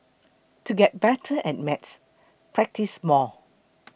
to get better at maths practise more